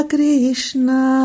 Krishna